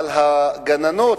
אבל הגננות